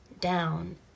down